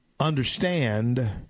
Understand